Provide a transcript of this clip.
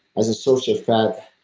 as a source of fat,